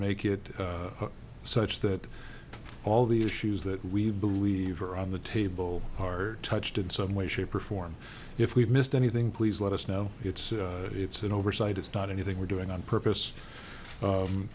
make it such that all the issues that we believe are on the table hard touched in some way shape or form if we've missed anything please let us know it's it's an oversight it's not anything we're doing on purpose